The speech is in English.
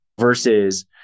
versus